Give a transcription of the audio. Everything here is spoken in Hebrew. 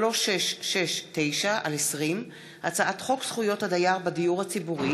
שלילת שכר ותשלומים מחבר הכנסת החשוד בעבירה נגד ביטחון המדינה),